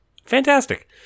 Fantastic